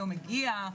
לא מגיע.